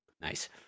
Nice